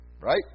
Right